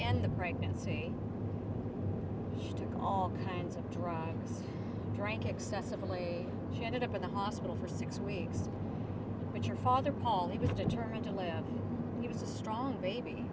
end the pregnancy to all kinds of drugs drank excessively she ended up in the hospital for six weeks with your father paul he was determined to live he was a strong baby